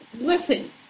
listen